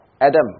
Adam